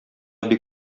бик